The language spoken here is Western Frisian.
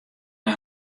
nei